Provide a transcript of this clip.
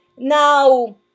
Now